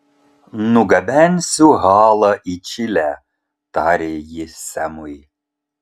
nugabensiu halą į čilę tarė ji semui